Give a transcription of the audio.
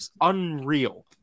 unreal